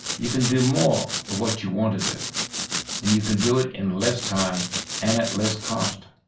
you can do more of what you want to do and you can do it in less time and at less cost.